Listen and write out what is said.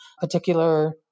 particular